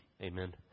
Amen